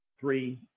three